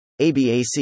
ABAC